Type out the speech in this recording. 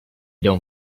really